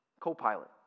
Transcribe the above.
co-pilot